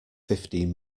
fifteen